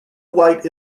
white